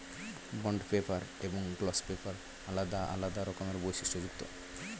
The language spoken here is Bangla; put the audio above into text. বন্ড পেপার এবং গ্লস পেপার আলাদা আলাদা রকমের বৈশিষ্ট্যযুক্ত